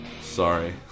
sorry